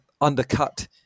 undercut